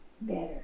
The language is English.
better